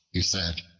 he said,